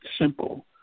simple